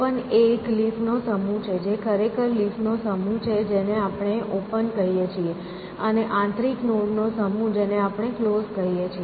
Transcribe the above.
open એ leaf નો સમૂહ છે જે ખરેખર લીફ નો સમૂહ છે જેને આપણે ઓપન કહીએ છીએ અને આંતરિક નોડ નો સમૂહ જેને આપણે ક્લોઝ કહીએ છીએ